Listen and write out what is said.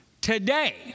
Today